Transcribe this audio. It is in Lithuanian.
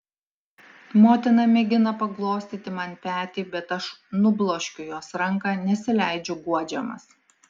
motina mėgina paglostyti man petį bet aš nubloškiu jos ranką nesileidžiu guodžiamas